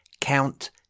Count